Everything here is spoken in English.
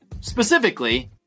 specifically